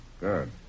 Good